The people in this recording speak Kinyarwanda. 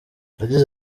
yagize